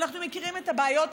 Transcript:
ואנחנו מכירים את הבעיות.